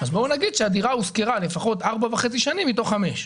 בואו נגיד שהדירה הושכרה לפחות 4.5 שנים מתוך חמש שנים.